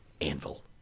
anvil